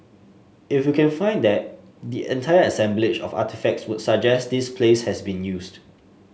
if we can find that the entire assemblage of artefacts would suggest this place has been used